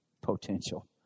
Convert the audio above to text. potential